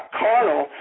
carnal